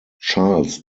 charles